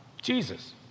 Jesus